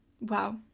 Wow